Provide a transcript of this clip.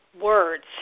words